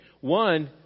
One